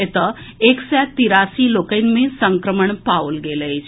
एतय एक सय तिरासी लोकनि मे संक्रमण पाओल गेल अछि